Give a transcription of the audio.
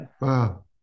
Wow